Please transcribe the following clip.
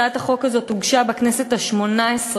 הצעת החוק הזאת הוגשה בכנסת השמונה-עשרה